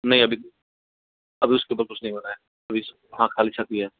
नहीं अभी अभी उसके ऊपर कुछ नहीं बना है अभी हाँ खाली छत ही है